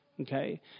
Okay